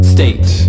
State